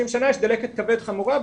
30 שנה יש דלקת כבד חמורה,